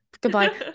Goodbye